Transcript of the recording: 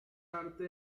parte